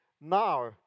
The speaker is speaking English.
now